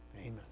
Amen